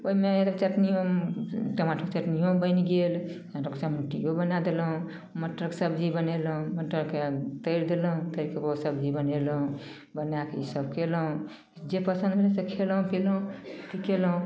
ओहिमे चटनिओ टमाटरके चटनिओ बनि गेल टमाटरके चटनिओ बनै देलहुँ मटरके सबजी बनेलहुँ मटरके तरि देलहुँ तरिके सबजी बनेलहुँ बनैके ईसब कएलहुँ जे पसन्द भेल से खएलहुँ पिलहुँ अथी कएलहुँ